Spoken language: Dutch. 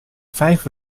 vijf